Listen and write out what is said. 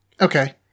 Okay